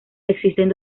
existen